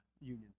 union